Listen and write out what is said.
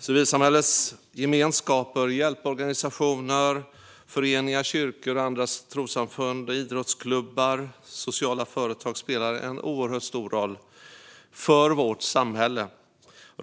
Civilsamhällets gemenskaper - hjälporganisationer, föreningar, kyrkor och andra trossamfund, idrottsklubbar och sociala företag - spelar en oerhört stor roll för vårt samhälle.